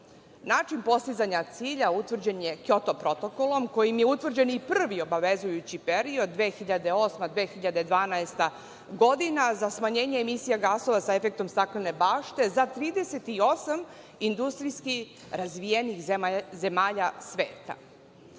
Način postizanja cilja utvrđen je Kjoto protokolom, kojim je utvrđen i prvi obavezujući period 2008. - 2012. godina, za smanjenje emisije gasova sa efektom staklene bašte za 38 industrijski razvijenih zemlja